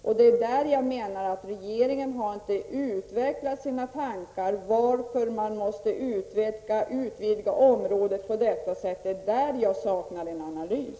Jag anser inte att regeringen har utvecklat motiven till att området måste utvidgas på detta sätt. Det saknas en analys.